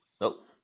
nope